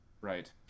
Right